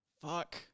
Fuck